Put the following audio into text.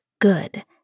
good